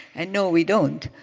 and no, we don't.